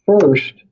first